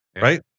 right